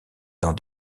dans